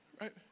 right